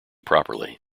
properly